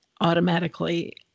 automatically